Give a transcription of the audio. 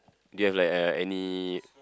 do you have like uh any